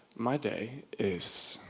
my day is,